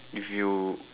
if you